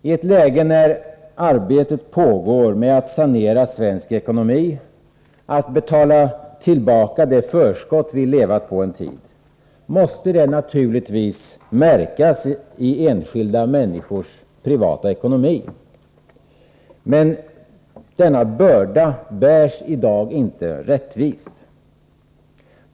I ett läge när arbete pågår för att sanera svensk ekonomi — att betala tillbaka det förskott vi levat på en tid — måste det naturligtvis märkas i enskilda människors privata ekonomi. Men denna börda bärs i dag inte rättvist.